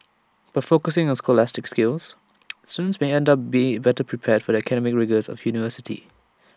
by focusing on scholastic skills students may end up be better prepared for the academic rigours of university